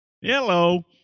Hello